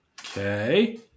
Okay